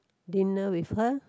dinner with her